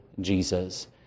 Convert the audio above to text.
Jesus